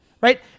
right